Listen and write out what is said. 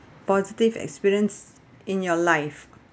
positive experience in your life